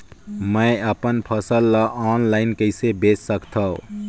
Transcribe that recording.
मैं अपन फसल ल ऑनलाइन कइसे बेच सकथव?